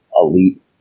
elite